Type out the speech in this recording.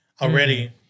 already